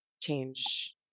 change